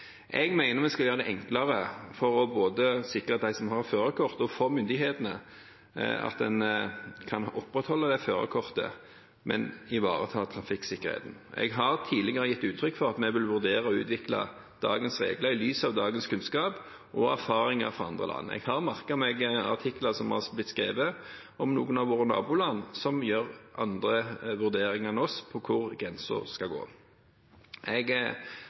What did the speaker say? Jeg mener vi skal gjøre det enklere, både for dem som har førerkort, og for myndighetene, å kunne opprettholde førerkortet, men samtidig må vi ivareta trafikksikkerheten. Jeg har tidligere gitt uttrykk for at vi vil vurdere å utvikle dagens regler i lys av dagens kunnskap og erfaringer fra andre land. Jeg har merket meg artikler som har blitt skrevet om noen av våre naboland, som gjør andre vurderinger enn oss når det gjelder hvor grensen skal gå. Jeg